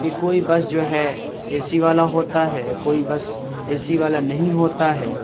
کہ کوئی بس جو ہے اے سی والا ہوتا ہے کوئی بس اے سی والا نہیں ہوتا ہے